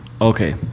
Okay